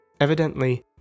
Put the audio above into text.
Evidently